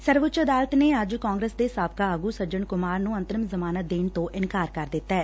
ਸਰਵਉੱਚ ਅਦਾਲਤ ਨੇ ਅੱਜ ਕਾਂਗਰਸ ਦੇ ਸਾਬਕਾ ਆਗੁ ਸੱਜਣ ਕੁਮਾਰ ਨੂੰ ਅੰਤਰਿਮ ਜ਼ਮਾਨਤ ਦੇਣ ਤੋਂ ਇਨਕਾਰ ਕਰ ਦਿੱਤੈ